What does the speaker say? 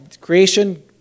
Creation